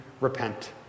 repent